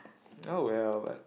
oh well but